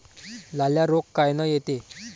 लाल्या रोग कायनं येते?